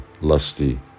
lusty